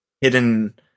hidden